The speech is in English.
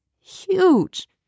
huge